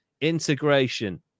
Integration